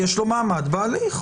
יש לו מעמד בהליך.